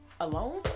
alone